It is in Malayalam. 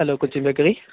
hello Cochin bakery